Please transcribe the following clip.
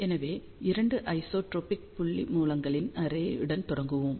எனவே 2 ஐசோட்ரோபிக் புள்ளி மூலங்களின் அரேயுடன் தொடங்குவோம்